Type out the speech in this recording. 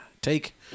take